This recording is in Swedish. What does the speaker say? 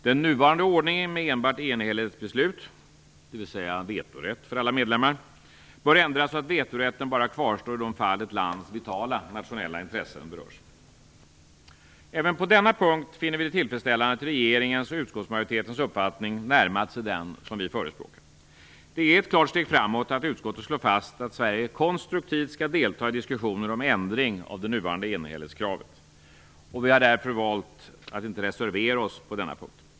Den nuvarande ordningen med enbart enhällighetsbeslut, dvs. vetorätt för alla medlemmar, bör ändras så att vetorätten endast kvarstår i de fall ett lands vitala nationella intressen berörs. Även på denna punkt finner vi det tillfredsställande att regeringens och utskottsmajoritetens uppfattning närmat sig den som vi förespråkar. Det är ett klart steg framåt att utskottet slår fast att Sverige konstruktivt skall delta i diskussioner om ändring av det nuvarande enhällighetskravet. Vi har därför valt att inte reservera oss på denna punkt.